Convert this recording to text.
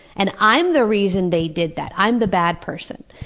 and i'm the reason they did that i'm the bad person.